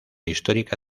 histórica